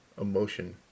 emotion